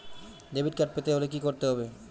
Debit card পেতে হলে কি করতে হবে?